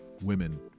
women